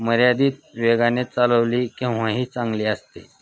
मर्यादित वेगाने चालवली केव्हाही चांगली असते